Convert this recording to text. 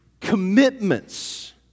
commitments